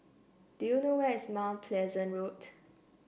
do you know where is Mount Pleasant Road